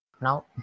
Now